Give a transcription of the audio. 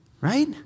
right